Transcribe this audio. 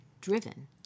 driven